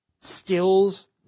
skills